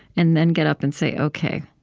and then get up and say, o k.